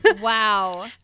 Wow